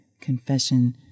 confession